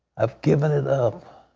i've given it up